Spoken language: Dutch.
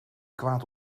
kwaad